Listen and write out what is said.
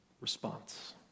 response